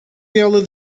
ela